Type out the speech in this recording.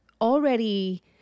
already